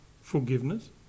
forgiveness